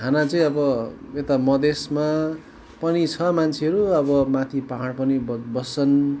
खाना चाहिँ अब यता मधेसमा पनि छ मान्छेहरू अब माथि पाहाड पनि बस् बस्छन्